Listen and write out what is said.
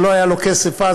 שלא היה לו כסף אז,